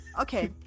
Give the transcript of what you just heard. Okay